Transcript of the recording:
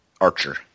archer